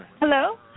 Hello